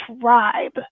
tribe